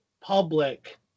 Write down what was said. public